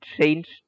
changed